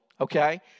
okay